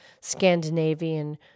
Scandinavian